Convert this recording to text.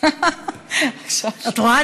את רואה?